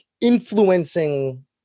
influencing